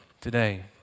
today